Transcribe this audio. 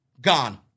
Gone